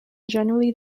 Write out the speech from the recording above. generally